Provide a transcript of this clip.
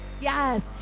yes